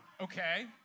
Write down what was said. Okay